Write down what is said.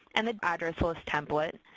and the address list template,